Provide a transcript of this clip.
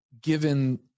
given